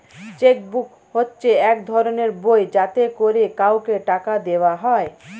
check book হচ্ছে এক ধরনের বই যাতে করে কাউকে টাকা দেওয়া হয়